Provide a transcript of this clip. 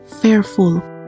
fearful